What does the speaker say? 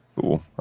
Cool